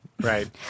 Right